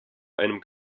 einem